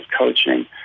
coaching